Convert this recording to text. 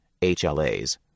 HLAs